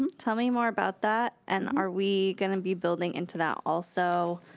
um tell me more about that and are we gonna be building into that also